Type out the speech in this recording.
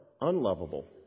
unlovable